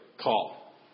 call